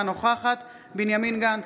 אינה נוכחת בנימין גנץ,